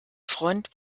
front